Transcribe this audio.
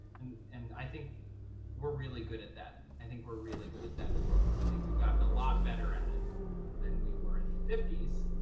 and and i think we're really good at that. i think we're really good at that now. i think we've gotten a lot better at it than we were in the fifty s.